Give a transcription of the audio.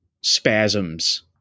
spasms